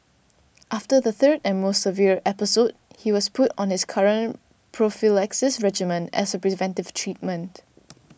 after the third and most severe episode he was put on his current prophylaxis regimen as a preventive treatment